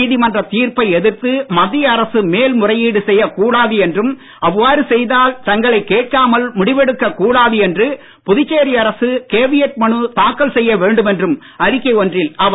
நீதிமன்ற தீர்ப்பை எதிர்த்து மத்திய அரசு மேல் முறையீடு செய்யக் கூடாது என்றும் அவ்வாறு செய்தால் தங்களை கேட்காமல் முடிவெடுக்க கூடாது என்று புதுச்சேரி அரசு கேவியட் மனு தாக்கல் செய்ய வேண்டும் என்றும் அறிக்கை ஒன்றில் அவர் கூறியுள்ளார்